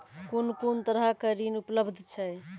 कून कून तरहक ऋण उपलब्ध छै?